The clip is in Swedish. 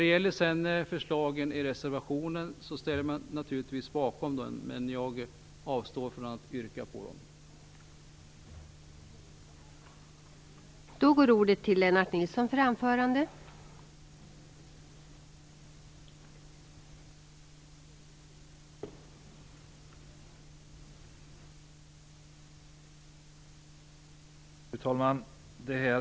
Jag ställer mig naturligtvis bakom förslagen i reservationen, men jag avstår från att yrka bifall till dem.